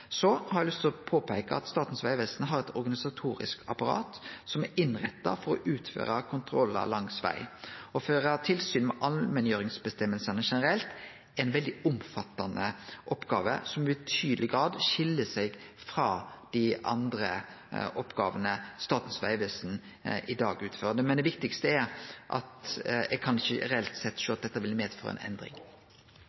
er innretta for å utføre kontrollar langs vegen. Å føre tilsyn med allmenngjeringsføresegnene generelt er ei veldig omfattande oppgåve som i betydeleg grad skil seg frå dei andre oppgåvene Statens vegvesen i dag utfører. Men det viktigaste er at eg ikkje reelt sett kan sjå